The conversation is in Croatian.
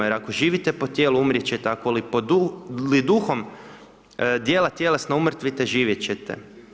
Jer ako živite po tijelu, umrijet ćete, ako li Duhom djela tjelesna umrtvite, živjet ćete.